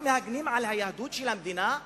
מגינים רק על היהדות של המדינה?